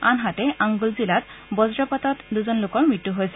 আনহাতে আংগুল জিলাত ব্ৰজপাতত দূজন লোকৰ মৃত্যু হৈছে